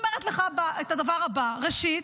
אז אני אומרת לך את הדבר הבא: ראשית,